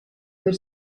per